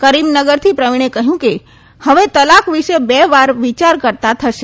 કરીમનગરથી પ્રવીજો કહ્યું કે કહ્યું કે હવે તલાક વિશે બે વાર વિચાર કરતાં થશે